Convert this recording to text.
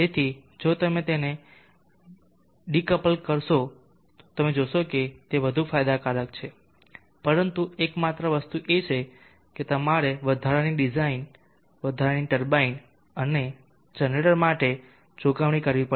જો તમે તેને ડીસપ્લ કરો છો તો તમે જોશો કે તે વધુ ફાયદાકારક છે પરંતુ એકમાત્ર વસ્તુ એ છે કે તમારે વધારાની ટર્બાઇન અને જનરેટર માટે ચૂકવણી કરવી પડશે